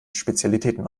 spezialitäten